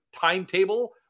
timetable